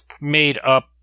made-up